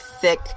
thick